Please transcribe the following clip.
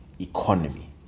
economy